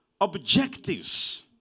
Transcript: objectives